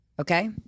okay